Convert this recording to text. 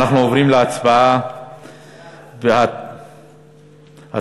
אנחנו עוברים להצבעה בקריאה ראשונה.